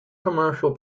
commercial